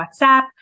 WhatsApp